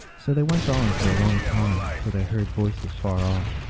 so they went on for a long time, till they heard voices far off,